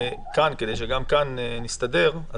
שגם כאן נסתדר.